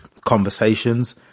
conversations